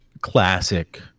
classic